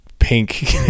Pink